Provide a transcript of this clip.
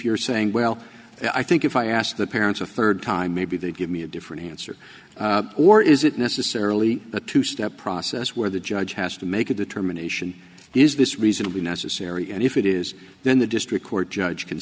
you're saying well i think if i asked the parents a third time maybe they'd give me a different answer or is it necessarily a two step process where the judge has to make a determination is this reasonably necessary and if it is then the district court judge can